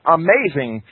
amazing